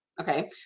okay